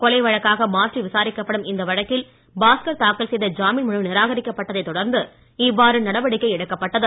கொலை வழக்காக மாற்றி விசாரிக்கப்படும் இந்த வழக்கில் பாஸ்கர் தாக்கல் செய்த ஜாமீன் மனு நிராகரிக்கப்பட்டதைத் தொடர்ந்து இவ்வாறு நடவடிக்கை எடுக்கப்பட்டது